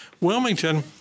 Wilmington